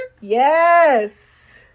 Yes